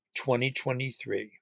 2023